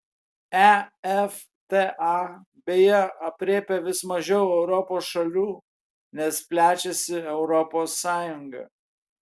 efta beje aprėpia vis mažiau europos šalių nes plečiasi europos sąjunga